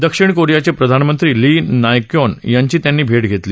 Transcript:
दक्षिण कोरियाचे प्रधानमंत्री ली नाक योन यांची त्यांनी भेट घेतली